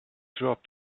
drop